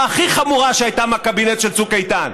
הכי חמורה שהייתה מהקבינט של צוק איתן,